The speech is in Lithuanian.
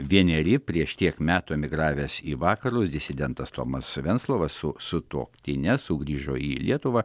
vieneri prieš tiek metų emigravęs į vakarus disidentas tomas venclovas su sutuoktine sugrįžo į lietuvą